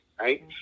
right